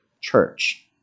church